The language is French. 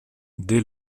dès